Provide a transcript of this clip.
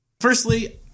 Firstly